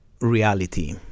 reality